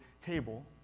table